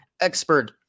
expert